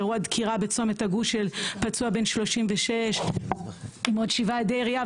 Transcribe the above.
אירוע דקירה בצומת הגוש של פצוע בן 36. עם עוד שבעה עדי ראייה.